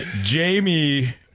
Jamie